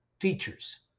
features